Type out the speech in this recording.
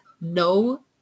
no